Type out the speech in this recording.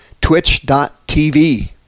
twitch.tv